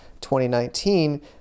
2019